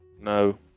No